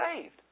saved